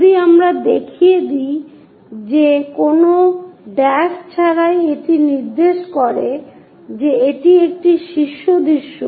যদি আমরা দেখিয়ে দেই যে কোন ড্যাশ ছাড়াই এটি নির্দেশ করে যে এটি একটি শীর্ষ দৃশ্য